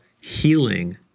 healing